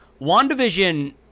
WandaVision